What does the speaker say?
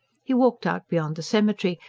he walked out beyond the cemetary,